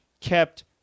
kept